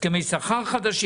שכר חדשים?